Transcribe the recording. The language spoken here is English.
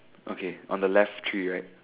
okay on the left tree right